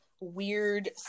weird